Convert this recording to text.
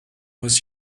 was